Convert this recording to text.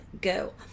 go